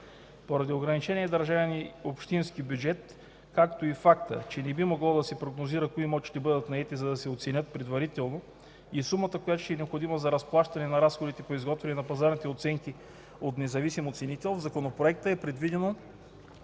Поради ограничения държавен и общински бюджет, както и фактът, че не би могло да се прогнозира кои имоти ще бъдат наети, за да се оценят предварително, и сумата, необходима за разплащане на разходите по изготвяне на пазарните оценки от независим оценител, в законопроекта е предвидено